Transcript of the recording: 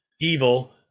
evil